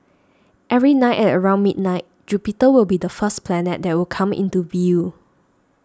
every night at around midnight Jupiter will be the first planet that will come into view